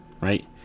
right